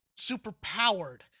superpowered